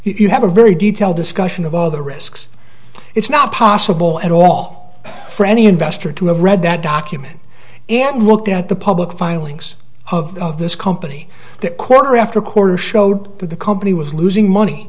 if you have a very detailed discussion of all the risks it's not possible at all for any investor to have read that document and looked at the public filings of this company that quarter after quarter showed that the company was losing money